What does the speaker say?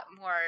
more